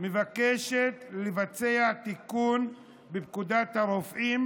מבקשת לבצע תיקון בפקודת הרופאים,